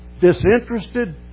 disinterested